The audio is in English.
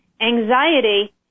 Anxiety